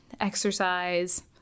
exercise